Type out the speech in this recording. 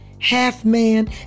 half-man